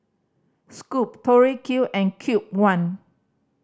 Scoot Tori Q and Cube One